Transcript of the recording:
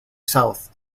south